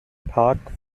park